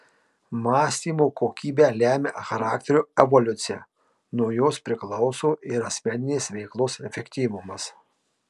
mąstymo kokybė lemia charakterio evoliuciją nuo jos priklauso ir asmeninės veiklos efektyvumas